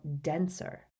denser